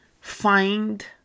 Find